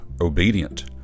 obedient